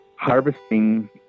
harvesting